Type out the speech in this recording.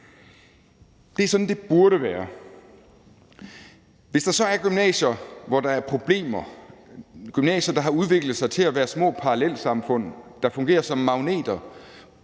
Det er sådan, det burde være. Hvis der så er gymnasier, hvor der er problemer, f.eks. gymnasier, der har udviklet sig til at være små parallelsamfund, der fungerer som magneter